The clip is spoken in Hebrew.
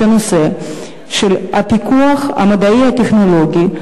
את הנושא של הפיקוח המדעי-הטכנולוגי,